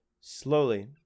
Slowly